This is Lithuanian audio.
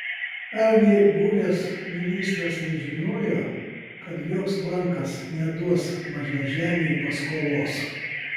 argi buvęs ministras nežinojo kad joks bankas neduos mažažemiui paskolos